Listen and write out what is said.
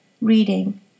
reading